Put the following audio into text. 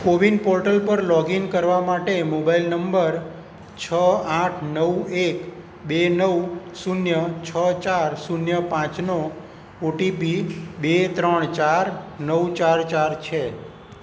CoWIN portal પર login કરવા માટે મોબાઈલ નંબર છ આઠ નવ એક બે નવ શૂન્ય છ ચાર શૂન્ય પાંચ નો ઓટીપી બે ત્રણ ચાર નવ ચાર ચાર છે